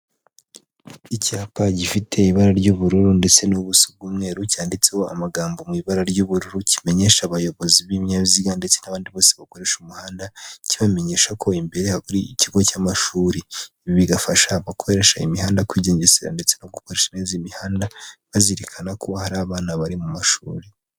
Icyapa gifite ibara ry'ubururu ndetse n'ubuso bw'umweru, cyanditseho amagambo mu ibara ry'ubururu, kimenyesha abayobozi b'ibinyabiziga ndetse n'abandi bose bakoresha umuhanda, kibamenyesha ko imbere hari ikigo cy'amashuri. Ibi bigafasha abakoresha imihanda kwigengesera ndetse no gukoresha neza imihanda, bazirikana ko hari abana bari mu mashuri.